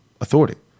authority